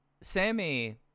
Sammy